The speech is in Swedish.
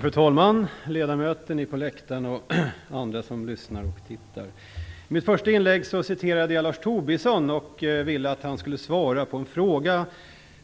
Fru talman! Ledamöter, ni på läktaren och andra som lyssnar och tittar! I mitt första inlägg citerade jag Lars Tobisson och ville att han skulle svara på en fråga.